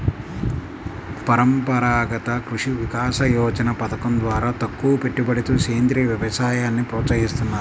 పరంపరాగత కృషి వికాస యోజన పథకం ద్వారా తక్కువపెట్టుబడితో సేంద్రీయ వ్యవసాయాన్ని ప్రోత్సహిస్తున్నారు